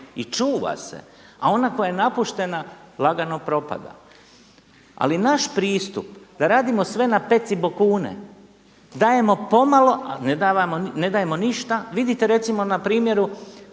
i čuva se a ona koja je napuštena lagano propada. Ali naš pristup da radimo sve na pecibokune, dajemo pomalo a ne dajemo ništa. Vidite recimo na primjeru